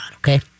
okay